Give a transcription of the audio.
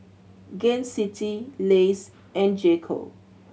Gain City Lays and J Co